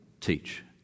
teach